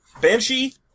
Banshee